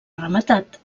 rematat